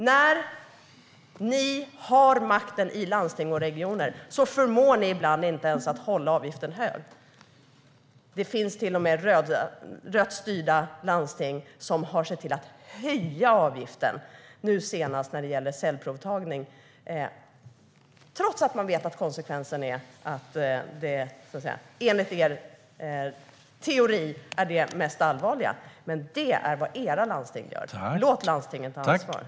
När ni har makten i landsting och regioner förmår ni dock ibland inte ens avhålla er från att höja avgiften. Detta har gjorts av rött styrda landsting, nu senast för cellprovtagning, trots att det enligt er egen teori är det som ger de allvarligaste konsekvenserna. Det är vad era landsting gör. Låt landstingen ta ansvar!